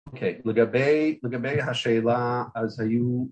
אוקי. לגבי השאלה אז היו